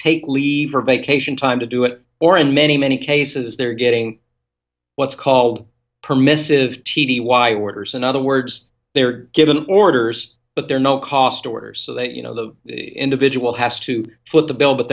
take leave for vacation time to do it or in many many cases they're getting what's called permissive t d y orders in other words they are given orders but they're not cost orders so that you know the individual has to foot the bill but